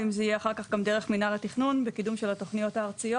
אם זה יהיה אחר כך גם דרך מנהל התכנון וקידום של התוכניות הארציות,